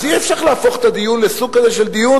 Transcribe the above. אז אי-אפשר להפוך את הדיון לסוג כזה של דיון,